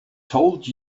told